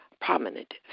prominent